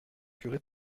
curés